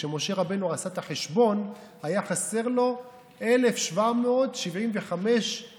כשמשה רבנו עשה את החשבון, היה חסר לו 1,775 שקל.